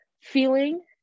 feeling